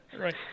Right